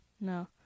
No